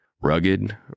Rugged